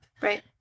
Right